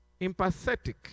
Empathetic